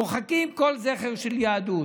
מוחקים כל זכר של יהדות.